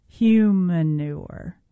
Humanure